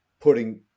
putting